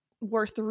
worth